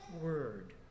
word